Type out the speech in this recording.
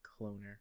cloner